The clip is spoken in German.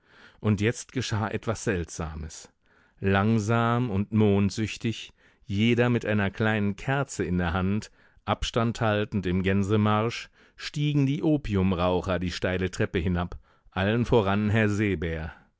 und jetzt geschah etwas seltsames langsam und mondsüchtig jeder mit einer kleinen kerze in der hand abstand haltend im gänsemarsch stiegen die opiumraucher die steile treppe hinab allen voran herr seebär